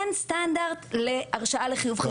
אין סטנדרט להרשאה לחיוב חשבון.